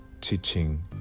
teaching